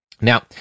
Now